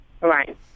Right